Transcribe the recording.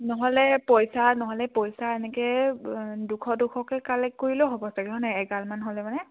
নহ'লে পইচা নহ'লে পইচা এনেকৈ দুশ দুশকৈ কালেক্ট কৰিলেও হ'ব চাগে হয় নাই এগালমান হ'লে মানে